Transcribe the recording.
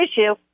issue